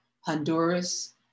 Honduras